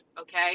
okay